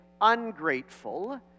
ungrateful